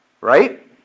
Right